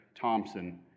Thompson